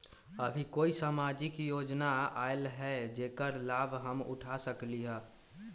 अभी कोई सामाजिक योजना आयल है जेकर लाभ हम उठा सकली ह?